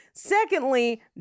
Secondly